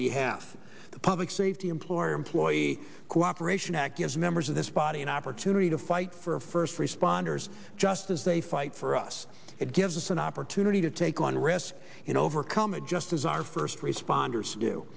behalf the public safety employer employee cooperation act gives members of this body an opportunity to fight for first responders just as they fight for us it gives us an opportunity to take on risk in overcome it just as our first responders do